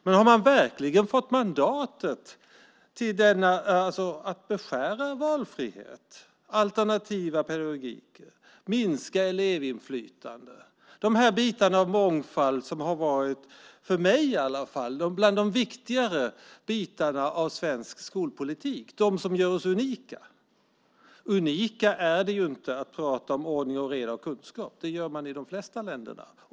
Men har man verkligen fått mandat att beskära valfrihet och alternativa pedagogiker och minska elevinflytandet? Det är bitar av mångfald som, i alla fall för mig, har varit bland det viktigaste i svensk skolpolitik och gjort oss unika. Det är inte unikt att prata om ordning och reda och kunskap; det gör man i de flesta länder.